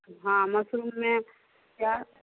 हाँ मशरूम में क्या